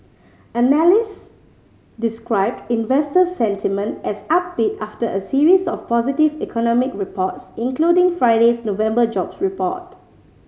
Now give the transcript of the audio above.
analyst described investor sentiment as upbeat after a series of positive economic reports including Friday's November jobs report